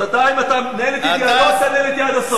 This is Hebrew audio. אז אם אתה מנהל אתי דיאלוג, תנהל אתי עד הסוף.